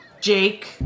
Jake